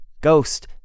ghost